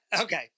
okay